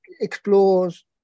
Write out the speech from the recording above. explores